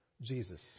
Jesus